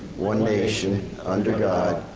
one nation under god,